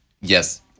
Yes